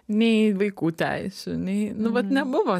nei vaikų teisių nei nu vat nebuvo